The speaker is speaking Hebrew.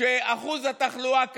כשאחוז התחלואה כזה,